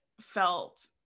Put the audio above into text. felt